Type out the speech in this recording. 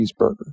cheeseburger